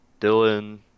Dylan